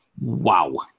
Wow